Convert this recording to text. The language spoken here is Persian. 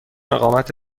اقامت